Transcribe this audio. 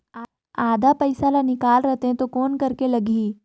आधा पइसा ला निकाल रतें तो कौन करेके लगही?